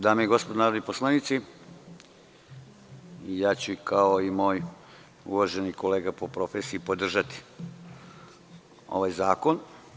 Dame i gospodo narodni poslanici, ja ću kao i moj uvaženi kolega po profesiji podržati ovaj zakon.